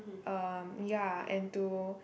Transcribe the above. um ya and to